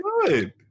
Good